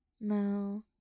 No